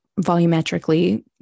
volumetrically